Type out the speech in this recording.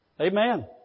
Amen